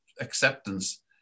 acceptance